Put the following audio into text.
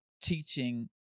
teaching